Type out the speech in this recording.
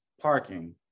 parking